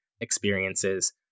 experiences